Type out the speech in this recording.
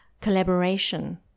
collaboration